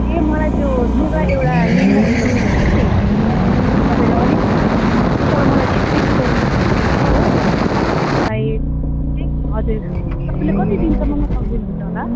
ए मलाई त्यो लुगा एउटा लेहेङ्गा सिलाउनु थियो कि तपाईँले अलिक तर हजुर तर मलाई छिट्टै सिलाइदिनु पर्नेछ हो मलाई त्यहीँ हजुर तपाईँले कति दिनसम्ममा सकिदिनु हुन्छ होला